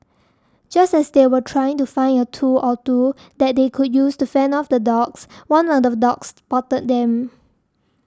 just as they were trying to find a tool or two that they could use to fend off the dogs one of the dogs spotted them